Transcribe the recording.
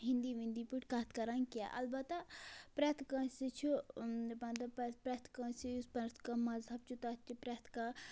ہِندی وِندی پٲٹھۍ کَتھ کَران کینٛہہ البتہ پرٮ۪تھ کٲنٛسہِ چھُ مطلب پرٮ۪تھ کٲنٛسہِ یُس پرٮ۪تھ کانٛہہ مذہب چھُ تَتھ چھِ پرٮ۪تھ کانٛہہ